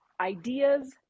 ideas